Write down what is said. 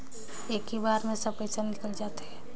इक्की बार मे सब पइसा निकल जाते?